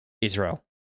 Israel